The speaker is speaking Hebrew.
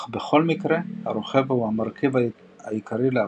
אך בכל מקרה הרוכב הוא המרכיב העיקרי להפחתתו.